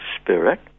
Spirit